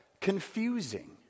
confusing